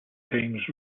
times